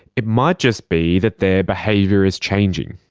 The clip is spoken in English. it might just be that their behaviour is changing.